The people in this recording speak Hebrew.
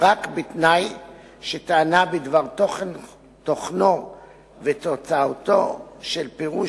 רק בתנאי שטענה בדבר תוכנו ותוצאתו של פירוש